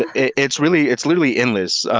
it's really, it's literally endless.